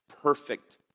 perfect